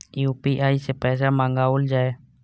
UPI सै पैसा मंगाउल जाय?